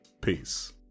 peace